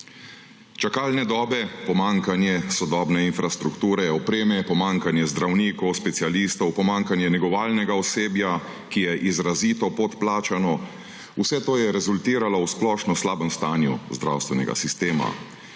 Čakalne dobe, pomanjkanje sodobne infrastrukture, opreme, pomanjkanje zdravnikov, specialistov, pomanjkanje negovalnega osebja, ki je izrazito podplačano, vse to je rezultiralo v splošnem slabem stanju zdravstvenega sistema,